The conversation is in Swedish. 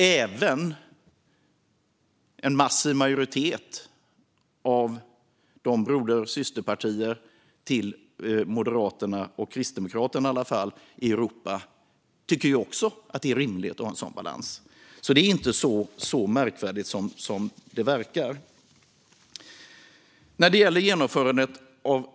Även en massiv majoritet av broder och systerpartierna till Moderaterna och Kristdemokraterna i Europa tycker att det är rimligt att ha en sådan balans, så det är inte så märkvärdigt som det verkar.